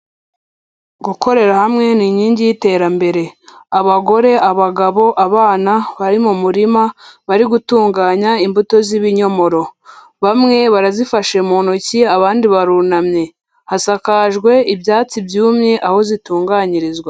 Gukorera hamwe ni inkingi y'iterambere. Abagore, abagabo, abana bari mu murima bari gutunganya imbuto z'ibinyomoro, bamwe barazifashe mu ntoki abandi barunamye, hasakajwe ibyatsi byumye aho zitunganyirizwa.